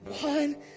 one